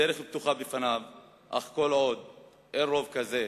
הדרך פתוחה בפניו, אך כל עוד אין רוב כזה,